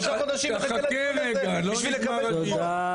אני שלושה חודשים מחכה לדיון הזה בשביל לקבל תשובות.